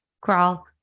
crawl